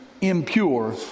impure